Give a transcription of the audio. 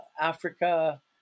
Africa